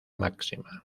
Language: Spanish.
máxima